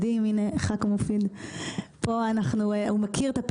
הוא מכיר את הפעילויות שאנחנו עושים גם בחברה הדרוזית וגם בשאר החברות.